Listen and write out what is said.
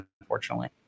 unfortunately